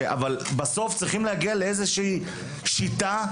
אבל בסוף צריכים להגיע לאיזושהי שיטה,